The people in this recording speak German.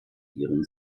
ihren